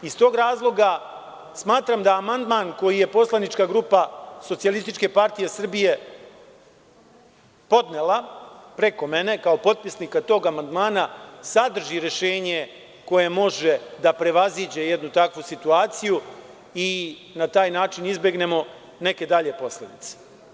Iz tog razloga smatram da amandman, koji je poslanička grupa SPS podnela preko mene, kao potpisnika tog amandmana, sadrži rešenje koje može da prevaziđe jednu takvu situaciju i da na taj način izbegnemo neke dalje posledice.